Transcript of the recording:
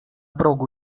progu